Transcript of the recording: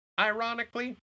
ironically